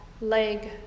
leg